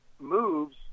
moves